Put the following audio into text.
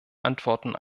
antworten